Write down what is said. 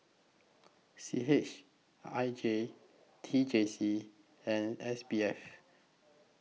C H I J T J C and S B F